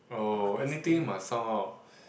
oh anything must sound out